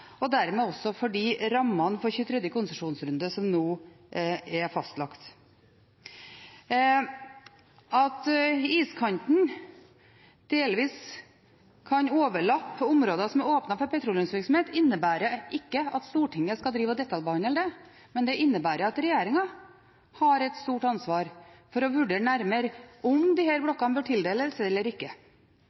og dermed også rammene for 23. konsesjonsrunde som nå er fastlagt. At iskanten delvis kan overlappe områder som er åpnet for petroleumsvirksomhet, innebærer ikke at Stortinget skal detaljbehandle det. Det innebærer at regjeringen har et stort ansvar for å vurdere nærmere om disse blokkene bør tildeles eller ikke.